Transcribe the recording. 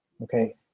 Okay